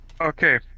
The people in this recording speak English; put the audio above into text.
Okay